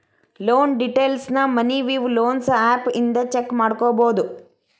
loan ಡೇಟೈಲ್ಸ್ನ Money View loans app ಇಂದ check ಮಾಡ್ಕೊಬೋದು